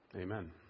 Amen